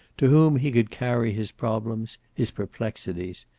to whom he could carry his problems his perplexities.